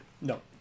No